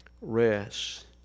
rest